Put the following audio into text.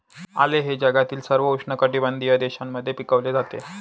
आले हे जगातील सर्व उष्णकटिबंधीय देशांमध्ये पिकवले जाते